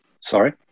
Sorry